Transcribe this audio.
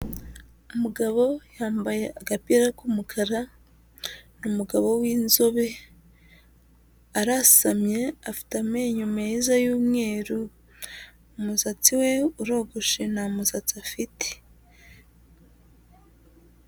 Umugabo yambaye agapira k'umukara, ni umugabo w'inzobe, arasamye, afite amenyo meza y'umweru, umusatsi we urogoshe, nta musatsi afite.